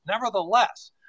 Nevertheless